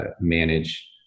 manage